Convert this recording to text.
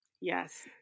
Yes